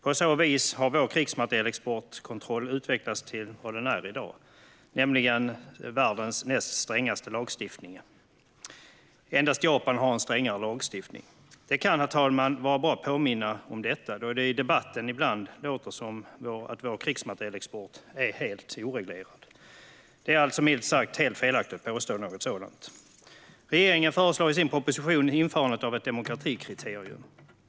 På så vis har vår exportkontroll av krigsmateriel utvecklats till vad den är i dag, nämligen världens näst strängaste lagstiftning. Endast Japan har en strängare lagstiftning. Det kan vara bra att påminna om detta, herr talman, då det i debatten ibland låter som att vår krigsmaterielexport är helt oreglerad. Ett sådant påstående är alltså milt sagt felaktigt. Regeringen föreslår i sin proposition införandet av ett demokratikriterium.